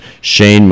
Shane